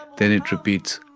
then it repeats,